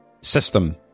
system